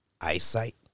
eyesight